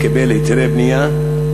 לקבל היתרי בנייה.